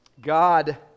God